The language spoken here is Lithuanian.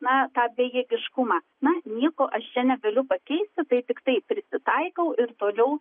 na tą bejėgiškumą na nieko aš čia negaliu pakeisti tai tiktai prisitaikau ir toliau